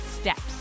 steps